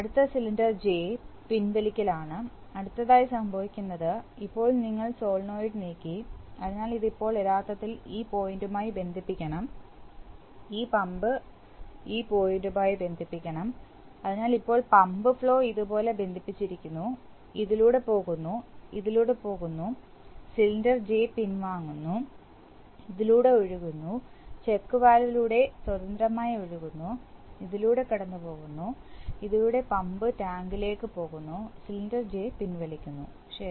അടുത്ത cylinder J പിൻവലിക്കൽ ആണ് അടുത്തതായി സംഭവിക്കുന്നത് ഇപ്പോൾ നിങ്ങൾ സോളിനോയിഡ് നീക്കി അതിനാൽ ഇത് ഇപ്പോൾ യഥാർത്ഥത്തിൽ ഈ പോയിന്റുമായി ബന്ധിപ്പിക്കണം ഈ പമ്പ് ഈ പോയിന്റുമായി ബന്ധിപ്പിക്കണം അതിനാൽ ഇപ്പോൾ പമ്പ് ഫ്ലോ ഇതുപോലെ ബന്ധിപ്പിച്ചിരിക്കുന്നു ഇതിലൂടെ പോകുന്നു ഇതിലൂടെ പോകുന്നു സിലിണ്ടർ ജെ പിൻവാങ്ങുന്നു ഇതിലൂടെ ഒഴുകുന്നു ചെക്ക് വാൽവിലൂടെ സ്വതന്ത്രമായി ഒഴുകുന്നു ഇതിലൂടെ കടന്നുപോകുന്നു ഇതിലൂടെ പമ്പ് ടാങ്കിലേക്ക് പോകുന്നു സിലിണ്ടർ ജെ പിൻവലിക്കുന്നു ശരി